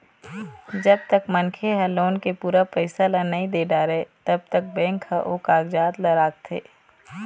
जब तक मनखे ह लोन के पूरा पइसा ल नइ दे डारय तब तक बेंक ह ओ कागजात ल राखथे